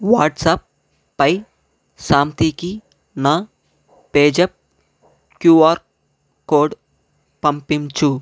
వాట్సాప్పై శాంతికి నా పేజాప్ క్యూఆర్ కోడ్ పంపించు